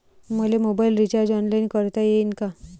मले mobile recharge online करता येईन का?